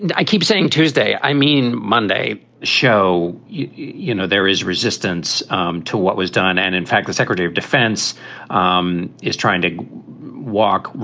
and i keep saying tuesday, i mean, monday show, you know, there is resistance to what was done. and in fact, the secretary of defense um is trying to walk,